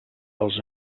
als